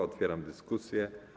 Otwieram dyskusję.